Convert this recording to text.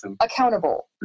accountable